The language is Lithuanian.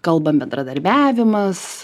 kalbam bendradarbiavimas